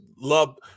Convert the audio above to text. love